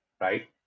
right